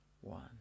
one